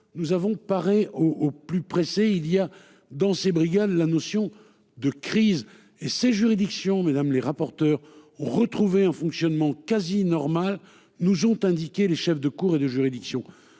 Nous avons parer au plus pressé. Il y a dans ces brigades. La notion de crise et ces juridictions mesdames les rapporteurs ont retrouvé un fonctionnement quasi normal nous ont indiqué les chefs de cour et de juridiction.